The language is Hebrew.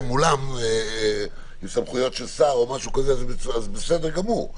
מולם עם סמכויות של שר או משהו כזה אז בסדר גמור.